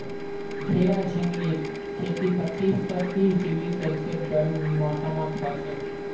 घेरा झिंगलीर खेती पच्चीस स तीस डिग्री सेल्सियस गर्म मौसमत हछेक